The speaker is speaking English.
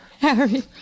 Harry